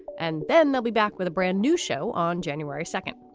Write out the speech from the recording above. and then they'll be back with a brand new show on january second.